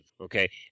okay